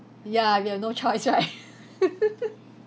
ya we have no choice right